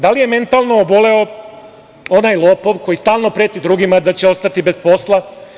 Da li je mentalno oboleo onaj lopov koji stalno preti drugima da će ostati bez posla?